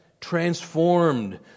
transformed